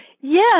Yes